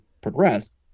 progressed